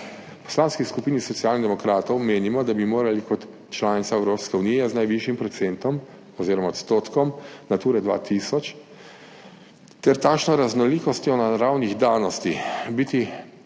Poslanski skupini Socialnih demokratov menimo, da bi morali kot članica Evropske unije z najvišjim procentom oziroma odstotkom Nature 2000 ter takšno raznolikostjo naravnih danosti biti